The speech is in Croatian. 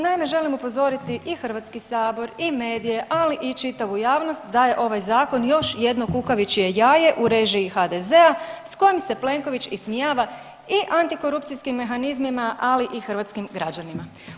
Naime, želim upozoriti i HS i medije, ali i čitavu javnost da je ovaj Zakon još jedno kukavičje jaje u režiji HDZ-a s kojim se Plenković ismijava i antikorupcijskim mehanizmima, ali i hrvatskim građanima.